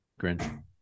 Grinch